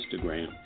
Instagram